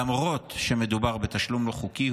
למרות שמדובר בתשלום לא חוקי,